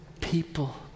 People